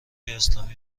اسلامی